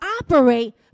operate